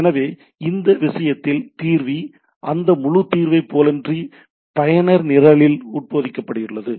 எனவே இந்த விஷயத்தில் தீர்வி அந்த முழுத் தீர்வைப் போலன்றி பயனர் நிரலில் உட்பொதிக்கப்பட்டுள்ளது